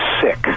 sick